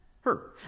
her